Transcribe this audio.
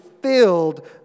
filled